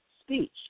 speech